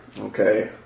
Okay